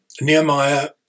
Nehemiah